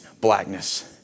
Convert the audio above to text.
blackness